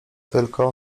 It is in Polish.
tylko